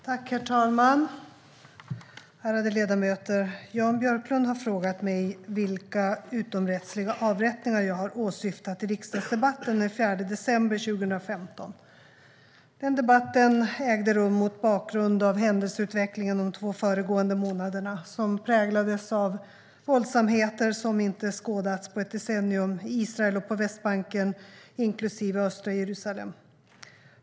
Svar på interpellationer Herr talman och ärade ledamöter! Jan Björklund har frågat mig vilka utomrättsliga avrättningar jag har åsyftat i riksdagsdebatten den 4 december 2015. Den debatten ägde rum mot bakgrund av händelseutvecklingen de två föregående månaderna, som präglades av våldsamheter som inte skådats på ett decennium i Israel och på Västbanken, inklusive östra Jerusalem.